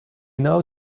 know